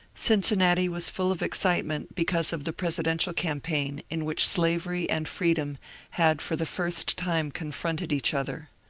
cincinnati was full of excitement because of the presidential campaign in which slav ery and freedom had for the first. time confronted each other.